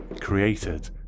created